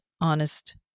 honest